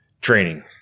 Training